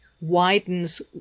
widens